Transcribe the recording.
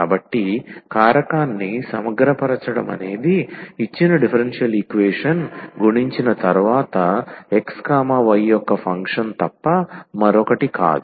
కాబట్టి కారకాన్ని సమగ్రపరచడం అనేది ఇచ్చిన డిఫరెన్షియల్ ఈక్వేషన్ గుణించిన తరువాత x y యొక్క ఫంక్షన్ తప్ప మరొకటి కాదు